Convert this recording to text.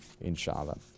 inshallah